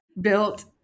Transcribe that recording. built